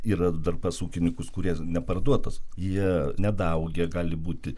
yra dar pas ūkininkus kurie neparduotas jie nedaaugę gali būti